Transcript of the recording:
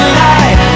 light